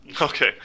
Okay